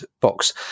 box